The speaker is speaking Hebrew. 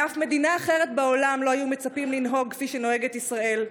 משום מדינה אחרת בעולם לא היו מצפים לנהוג כפי שנוהגת ישראל,